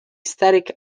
static